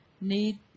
need